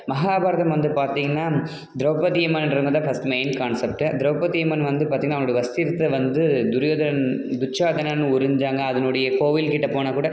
மகாபாரதம் வந்து பார்த்தீங்கன்னா திரௌபதி அம்மன்றவங்க தான் first main concept Draupadi Amman வந்து பார்த்தீங்கன்னா அவங்களோட வஸ்திரத்தை வந்து துரியோதனன் துச்சாதனன் உரிஞ்சாங்க அதனுடைய கோவில் கிட்டே போனால் கூட